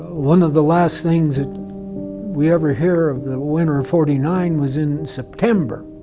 one of the last things that we ever hear of the winter of forty nine was in september.